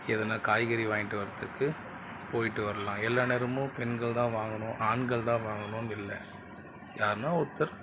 எதனால் காய்கறி வாங்கிட்டு வரத்துக்கு போய்விட்டு வரலாம் எல்லா நேரமும் பெண்கள் தான் வாங்கணும் ஆண்கள் தான் வாங்கணும்ன்னு இல்லை யாருனால் ஒருத்தர்